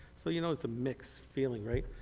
so you know, it's a mix feeling, right.